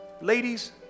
Ladies